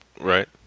Right